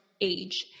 age